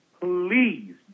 please